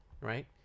right